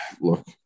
Look